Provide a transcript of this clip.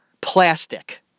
plastic